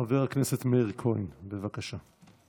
חבר הכנסת מאיר כהן, בבקשה.